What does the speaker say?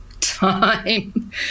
Time